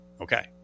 Okay